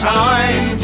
time